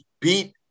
beat